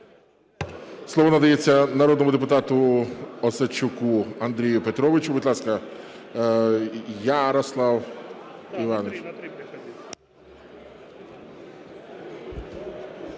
Слово надається народному депутату Осадчуку Андрію Петровичу. Будь ласка, Ярослав Романович.